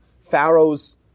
Pharaoh's